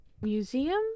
museum